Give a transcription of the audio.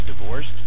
divorced